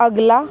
ਅਗਲਾ